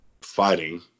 fighting